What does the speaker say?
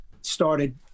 started